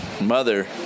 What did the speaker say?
mother